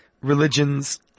religions